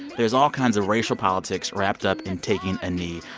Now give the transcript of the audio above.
there's all kinds of racial politics wrapped up in taking a knee.